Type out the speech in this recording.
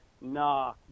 nah